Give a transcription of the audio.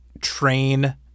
train